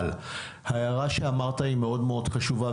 אבל ההערה שאמרת היא מאוד מאוד חשובה,